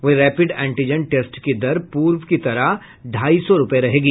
वहीं rapid antigen test की दर पूर्व की तरह ढ़ाई सौ रूपये रहेगी